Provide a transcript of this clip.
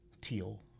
teal